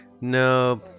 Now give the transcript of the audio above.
No